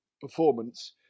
performance